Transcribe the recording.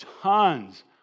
tons